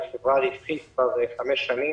היא חברה רווחית כבר חמש שנים.